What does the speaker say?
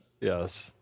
Yes